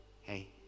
hey